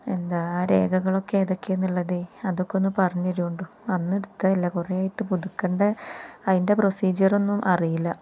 എന്താണ് ആ രേഖകളൊക്കെ ഏതൊക്കെയാണെന്നുള്ളതേ അതൊക്കെയൊന്നു പറഞ്ഞുതരണം അന്നെടുത്തതല്ലേ കുറേയായിട്ട് പുതുക്കേണ്ട അതിൻ്റെ പ്രൊസീജിയറൊന്നും അറിയില്ല